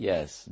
Yes